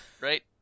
right